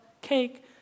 cake